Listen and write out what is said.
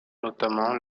notamment